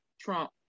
Trump